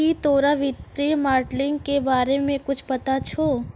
की तोरा वित्तीय मोडलिंग के बारे मे कुच्छ पता छौं